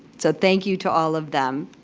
so thank you to all of them.